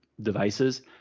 devices